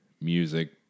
music